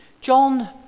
John